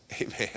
Amen